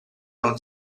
non